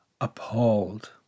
Appalled